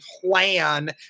plan